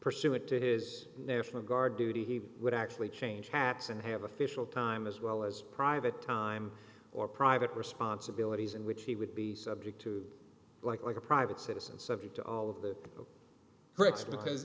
pursuant to his national guard duty he would actually change hats and have official time as well as private time or private responsibilities in which he would be subject to like a private citizen subject to all of the well it's because